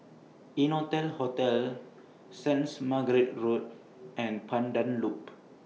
Innotel Hotel Saints Margaret's Road and Pandan Loop